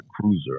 cruiser